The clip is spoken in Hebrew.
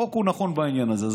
החוק הוא נכון בעניין הזה.